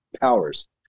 powers